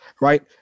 Right